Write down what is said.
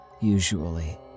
usually